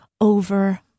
over